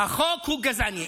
החוק הוא גזעני.